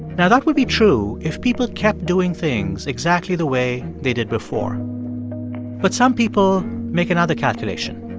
now, that would be true if people kept doing things exactly the way they did before but some people make another calculation.